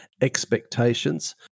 expectations